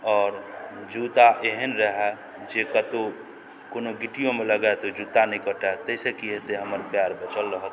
आओर जूता एहन रहय जे कतौ कोनो गिटियो मे लगाएत ओय जूता नै कटाए तै सं की हेतय हमर प्यार बचल रहत